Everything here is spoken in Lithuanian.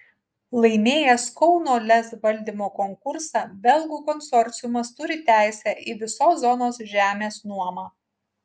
laimėjęs kauno lez valdymo konkursą belgų konsorciumas turi teisę į visos zonos žemės nuomą